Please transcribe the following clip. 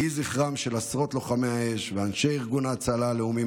יהי זכרם של עשרות לוחמי האש ואנשי ארגון ההצלה הלאומי,